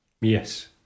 Yes